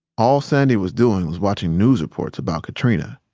all sandy was doing was watching news reports about katrina.